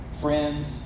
friends